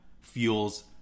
fuels